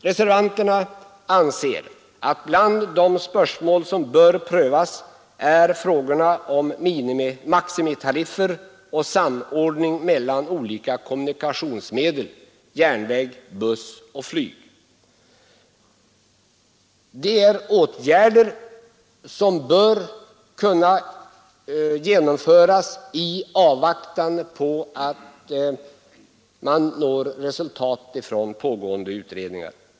Reservanterna anser att bland de spörsmål som bör prövas är frågorna om maximitariffer och samordning mellan olika kommunikationsmedel: järnväg, buss och flyg. Det är åtgärder som bör kunna genomföras i avvaktan på att man når resultat i pågående utredningar.